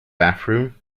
bathroom